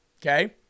okay